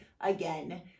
again